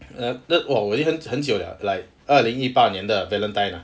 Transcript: then !wah! 我很久了 like 二零一八年的 valentine ah